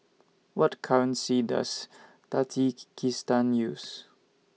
What currency Does Tajikikistan use